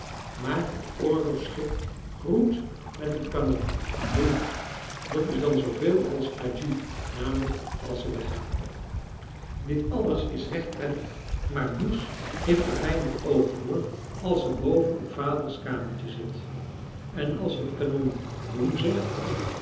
maar het oorlogschip groet met het kanon boem dat is dan zooveel als adju namelijk als ze weggaan dit alles is recht prettig maar moes heeft er weinig oog voor als ze boven op vaders kamertje zit en als het kanon boem zegt